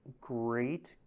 great